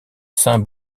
saint